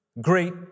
Great